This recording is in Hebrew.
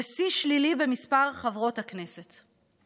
ושיא שלילי במספר חברות הכנסת.